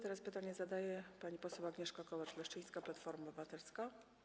Teraz pytanie zadaje pani poseł Agnieszka Kołacz-Leszczyńska, Platforma Obywatelska.